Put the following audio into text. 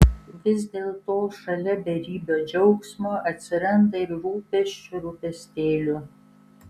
vis dėlto šalia beribio džiaugsmo atsiranda ir rūpesčių rūpestėlių